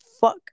fuck